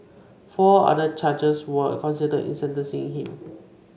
four other charges were considered in sentencing him